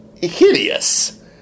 hideous